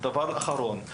דבר אחרון,